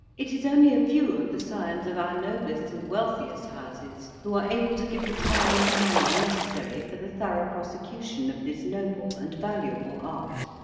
it is only a few of the scions of our noblest and wealthiest houses, who are able to give the time and money necessary for the thorough prosecution of this noble and valuable art.